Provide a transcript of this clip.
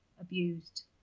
abused